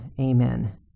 amen